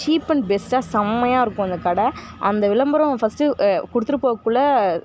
cheap and பெஸ்ட்டாக செம்மையாருக்கும் அந்த கடை அந்த விளம்பரம் ஃபஸ்ட்டு கொடுத்துட்டு போக்குள்ள